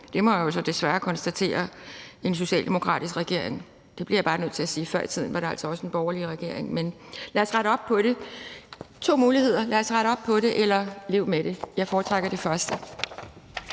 det må jeg jo så desværre konstatere, og det bliver jeg bare nødt til at sige – en socialdemokratisk regering, for før i tiden var det altså også den borgerlige regering. Men lad os rette op på det. Der er to muligheder: Lad os rette op på det, eller lev med det. Jeg foretrækker det første.